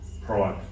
pride